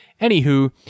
anywho